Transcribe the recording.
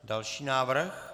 Další návrh.